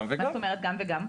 מה זאת אומרת "גם וגם"?